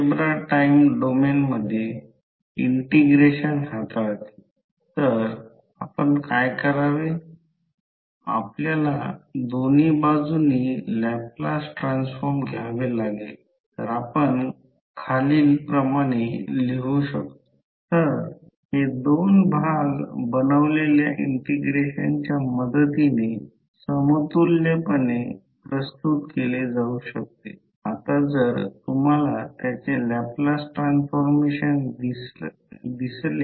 आता उदाहरण 3 हे देखील एक आहे येथे 1 अंग आहे तेथे हे 17 सेंटीमीटर आहे हे 2 मिलिमीटर आहे हे अंतर 2 मिलिमीटर आहे आणि हे 1 कॉइल आहे जसे की दोन्ही कॉइलस् या बाजूला 1000 टर्न या बाजूला 1000 टर्न आहेत येथून येथे लांबी 10 सेंटीमीटर दिली आहे